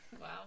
Wow